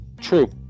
true